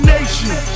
Nation